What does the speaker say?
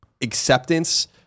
acceptance